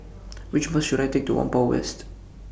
Which Bus should I Take to Whampoa West